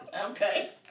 Okay